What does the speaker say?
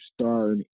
start